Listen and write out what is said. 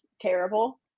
terrible